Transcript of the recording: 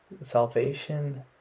salvation